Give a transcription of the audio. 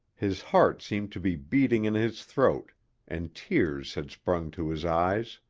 his heart seemed to be beating in his throat and tears had sprung to his eyes.